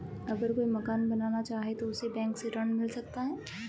अगर कोई मकान बनाना चाहे तो उसे बैंक से ऋण मिल सकता है?